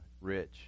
rich